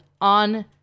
on